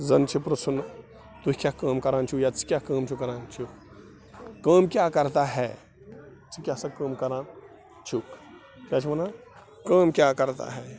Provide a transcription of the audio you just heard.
زَن چھِ پِرٛژھُن تُہۍ کیٛاہ کٲم کران چھُو یا ژٕ کیٛاہ کٲم چھُکھ کَران چھُو کٲم کیٛاہ کَرتا ہے ژٕ کیٛاہ سا کٲم کران چھُکھ کیٛاہ چھِ وَنان کٲم کیا کَرتا ہے